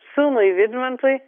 sūnui vidmantui